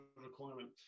requirement